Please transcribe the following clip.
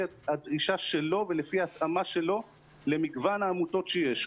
הדרישה שלו ולפי ההתאמה שלו למגוון העמותות שיש.